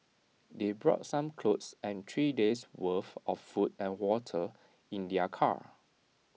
they brought some clothes and three days' worth of food and water in their car